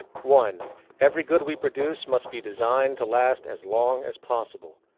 one every good we produce must be designed to last as long as possible.